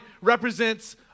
represents